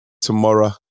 tomorrow